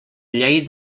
llei